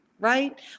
right